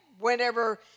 Whenever